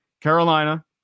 Carolina